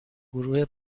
گروه